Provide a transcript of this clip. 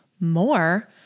more